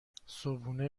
صبحونه